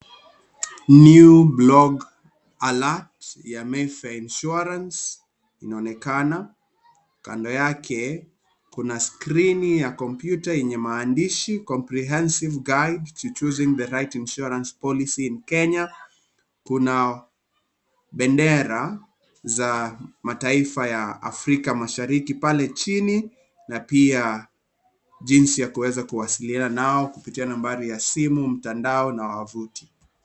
New Blog Alert ya Mayfair Insurance inaonekana. Kando yake kuna skrini ya kompyuta yenye maandishi Comprehensive Guide to Choosing the Right Insurance Policy in Kenya . Kuna bendera za mataifa ya Afrika Mashariki pale chini na pia jinsi ya kuweza kuwasiliana nao kupitia nambari ya simu, mtandao na wavuti.